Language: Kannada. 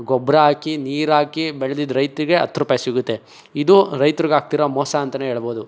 ಗೊಬ್ರ ಹಾಕಿ ನೀರಾಕಿ ಬೆಳೆದ ರೈತರಿಗೆ ಹತ್ತು ರೂಪಾಯಿ ಸಿಗುತ್ತೆ ಇದು ರೈತರಿಗೆ ಆಗ್ತಿರೋ ಮೋಸ ಅಂತೆಯೇ ಹೇಳ್ಬೋದು